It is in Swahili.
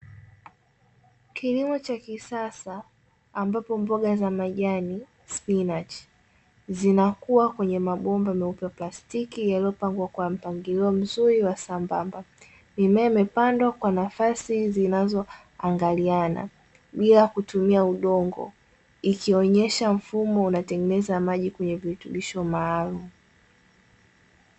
Kilimo cha kisasa ambapo mboga za majani spinachi zinakuwa kwenye mabomba meupe ya plastiki yalipangwa kwa mpangilio mzuri wa sambamba. Mimea imepandwa kwa nafasi zinazoangaliana bila kutumia udongo ikionyesha mfumo unatengeneza maji kwenye virutubisho maalumu.